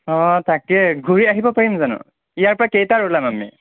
অঁ তাকেই ঘূৰি আহিব পাৰিম জানো ইয়াৰ পৰা কেইটাত ওলাম আমি